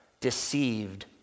deceived